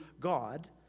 God